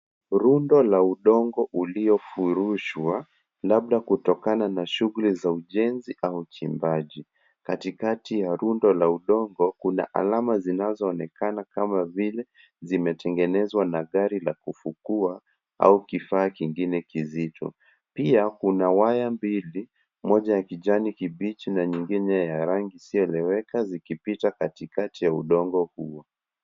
Rundo la udongo ulio furushwa labda kutokana na shughuli za ujenzi au uchimbaji. Katikati ya rundo la udongo kuna alama zinazo onekana kama vile zimetengenezwa na gari la kufukua au kifaa kingine kizito. Pia kuna waya mbili moja ya kijani kibichi na nyingine ya rangi isioeleweka zikipita kati kati ya udongo huo.